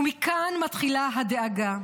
ומכאן מתחילה הדאגה.